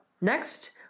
Next